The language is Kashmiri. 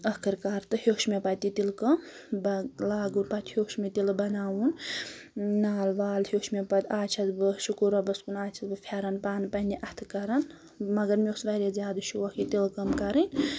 آخٕر کار تہٕ ہیٚوچھ مےٚ پَتہٕ یہِ تِلہٕ کٲم لاگُن پَتہٕ ہیٚوچھ مےٚ تِلہٕ بَناوُن نال وال ہیٚوچھ مےٚ پَتہٕ آز چھَس بہٕ شُکُر رۄبَس کُن اَز چھَس بہٕ پھیٚرَن پانہٕ پنٛنہِ اَتھٕ کران مگر مےٚ اوس واریاہ زیادٕ شوق یہِ تِلہٕ کٲم کَرٕنۍ